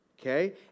Okay